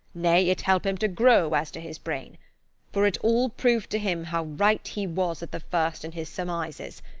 nay, it help him to grow as to his brain for it all prove to him how right he was at the first in his surmises.